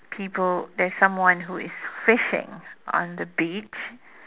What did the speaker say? people there is someone who is fishing on the beach